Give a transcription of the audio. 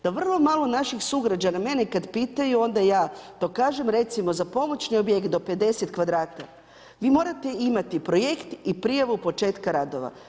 Da vrlo malo naših sugrađana, mene kad pitaju onda ja to kažem, recimo za pomoć, na objekt do 50 kvadrata, vi morate imati projekt i prijavu početka radova.